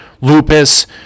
lupus